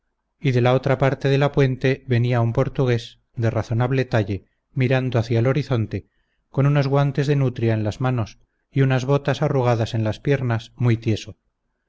de la otra parte de la puente venía un portugués de razonable talle mirando hacia el horizonte con unos guantes de nutria en las manos y unas botas arrugadas en las piernas muy tieso